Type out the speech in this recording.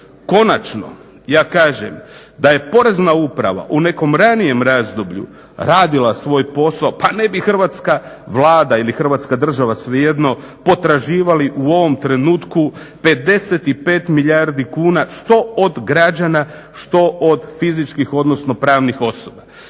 Konačno, ja kažem, da je Porezna uprava u nekom ranijem razdoblju radila svoj posao pa ne bi Hrvatska vlada ili Hrvatska država svejedno potraživali u ovom trenutku 55 milijardi kuna što od građana, što od fizičkih odnosno pravnih osoba.